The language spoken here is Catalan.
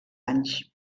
anys